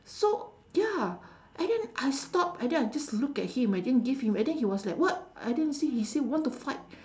so ya and then I stopped and then I just looked at him I didn't give him and then he was like what I think he say he say want to fight